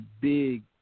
big